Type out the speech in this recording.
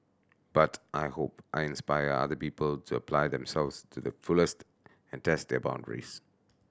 but I hope I inspire other people to apply themselves to the fullest and test their boundaries